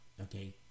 okay